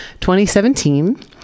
2017